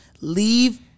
Leave